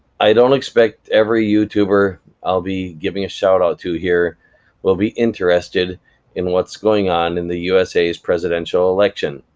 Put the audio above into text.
i don't expect every youtuber i'll be giving a shout-out to here will be interested in what's going on in the usa's presidential election,